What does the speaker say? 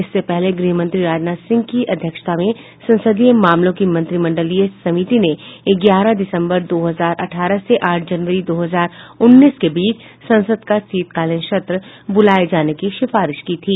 इससे पहले गृहमंत्री राजनाथ सिंह की अध्यक्षता में संसदीय मामलों की मंत्रीमंडलीय समिति ने ग्यारह दिसंबर दो हजार अठारह से आठ जनवरी दो हजार उन्नीस के बीच संसद का शीतकालीन सत्र बुलाये जाने की सिफारिश की थी